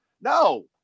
no